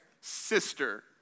sister